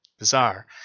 Bizarre